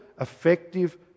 effective